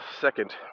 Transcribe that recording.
second